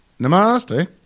Namaste